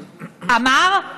אמר,